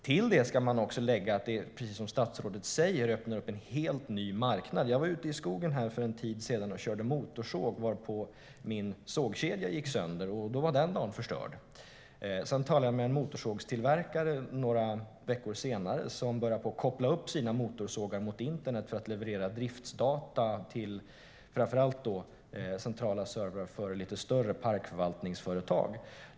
Till detta ska man också lägga att detta, precis som statsrådet säger, öppnar upp en helt ny marknad. För en tid sedan var jag ute i skogen och körde motorsåg. Då gick min sågkedja sönder, och så var den dagen förstörd. Några veckor senare talade jag med en motorsågstillverkare som hade börjat koppla upp sina motorsågar mot internet för att få driftsdata till framför allt centrala servrar för lite större parkförvaltningsföretag.